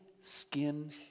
skin